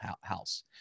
house